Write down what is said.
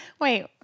Wait